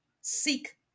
seek